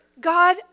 God